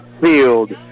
Field